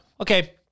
okay